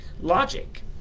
logic